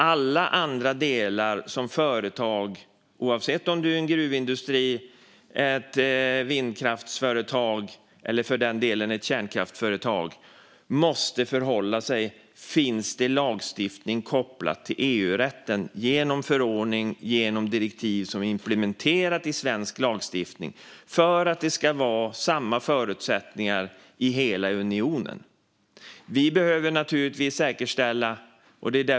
Alla andra delar för företag, oavsett om det är gruvindustri, vindkraftsföretag eller kärnkraftsföretag, måste förhålla sig till om det finns lagstiftning kopplat till EU-rätten genom förordning eller direktiv som är implementerat i svensk lagstiftning, för att det ska vara samma förutsättningar i hela unionen.